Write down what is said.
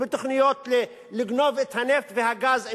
ובתוכניות לגנוב את הנפט והגז,